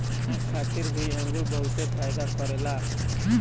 आँख खातिर भी अंगूर बहुते फायदा करेला